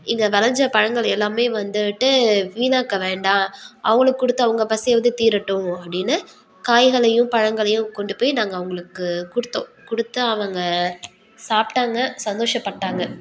இங்க விளஞ்ச பழங்கள் எல்லாமே வந்துட்டு வீணாக்க வேண்டாம் அவங்களுக்கு கொடுத்து அவங்க பசியாவது தீரட்டும் அப்படின்னு காய்களையும் பழங்களையும் கொண்டு போய் நாங்கள் அவங்களுக்கு கொடுத்தோம் கொடுத்து அவங்க சாப்பிட்டாங்க சந்தோஷப்பட்டாங்க